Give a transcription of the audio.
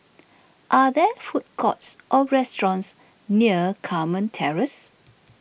are there food courts or restaurants near Carmen Terrace